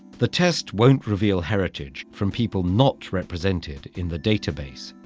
the test won't reveal heritage from people not represented in the database,